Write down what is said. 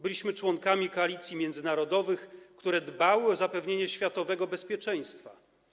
Byliśmy członkami koalicji międzynarodowych, które dbały o zapewnienie światowego bezpieczeństwa.